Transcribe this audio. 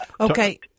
Okay